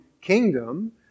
kingdom